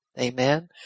Amen